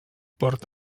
port